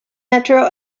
metro